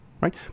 right